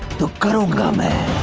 to come in